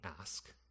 ask